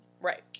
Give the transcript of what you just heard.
Right